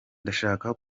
ndashaka